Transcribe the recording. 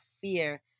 fear